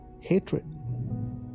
Hatred